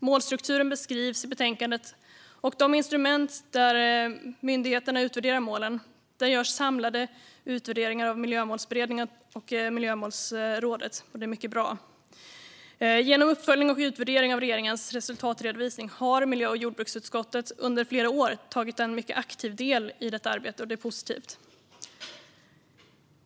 Målstrukturen beskrivs i betänkandet liksom de instrument där myndigheterna utvärderar målen, där det görs samlade utvärderingar av Miljömålsberedningen och Miljömålsrådet. Det är mycket bra. Genom uppföljning och utvärdering av regeringens resultatredovisning har miljö och jordbruksutskottet under flera år tagit en mycket aktiv del i detta arbete, och det är positivt.